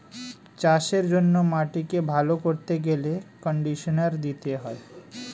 চাষের জন্য মাটিকে ভালো করতে গেলে কন্ডিশনার দিতে হয়